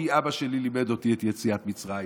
כי אבא שלי לימד אותי את יציאת מצרים,